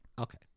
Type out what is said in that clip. Okay